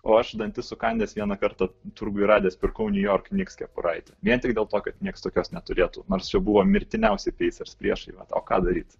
o aš dantis sukandęs vieną kartą turguj radęs pirkau niujork niks kepuraitę vien tik dėl to kad nieks tokios neturėtų nors čia buvo mirtiniausi peisers priešai o ką daryti